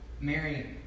Mary